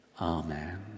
amen